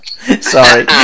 sorry